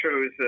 shows